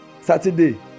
Saturday